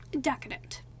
decadent